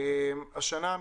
השנה,